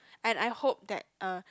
and I hope that uh